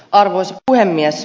arvoisa puhemies